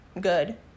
good